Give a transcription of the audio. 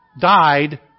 died